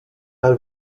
her